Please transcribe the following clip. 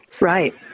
Right